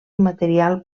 material